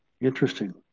Interesting